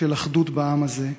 של אחדות בעם הזה.